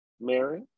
Mary